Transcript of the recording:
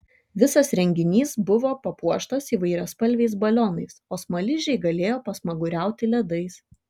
visas renginys buvo papuoštas įvairiaspalviais balionais o smaližiai galėjo pasmaguriauti ledais